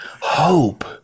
hope